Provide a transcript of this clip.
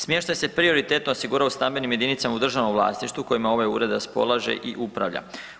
Smještaj se prioritetno osigurao u stambenim jedinicama u državnom vlasništvu kojima ovaj ured raspolaže i upravlja.